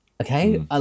Okay